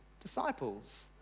disciples